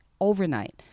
overnight